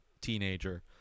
teenager